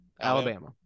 Alabama